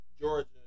Georgia